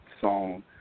song